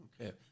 okay